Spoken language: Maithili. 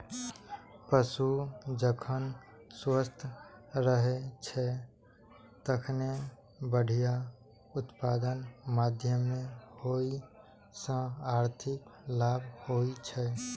पशु जखन स्वस्थ रहै छै, तखने बढ़िया उत्पादनक माध्यमे ओइ सं आर्थिक लाभ होइ छै